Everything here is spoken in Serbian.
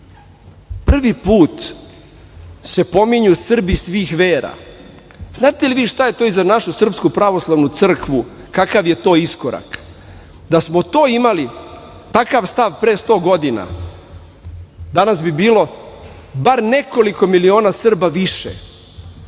put se pominju Srbi svih vera. Znate li vi šta je to i za našu SPC, kakav je to iskorak? Da smo to imali, takav stav pre 100 godina danas bi bilo bar nekoliko miliona Srba više.